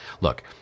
look